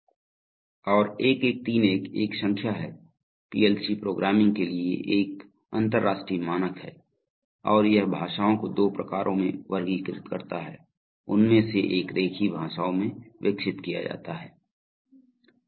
और 1131 एक संख्या है पीएलसी प्रोग्रामिंग के लिए एक अंतरराष्ट्रीय मानक है और यह भाषाओं को दो प्रकारों में वर्गीकृत करता है उनमे से एक रेखीय भाषाओं में विकसित किया जाता है